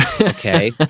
Okay